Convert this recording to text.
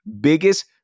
biggest